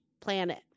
Planet